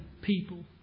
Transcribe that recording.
people